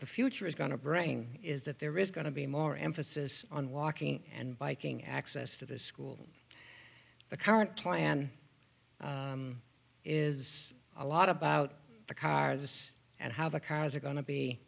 the future is going to bring is that there is going to be more emphasis on walking and biking access to the school the current plan is a lot about the cars and how the cars are go